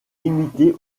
limitée